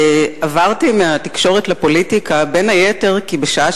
עברתי מהתקשורת לפוליטיקה בין היתר כי בשעה